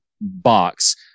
box